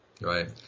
right